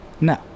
No